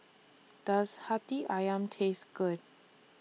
Does Hati Syam Taste Good